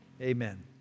Amen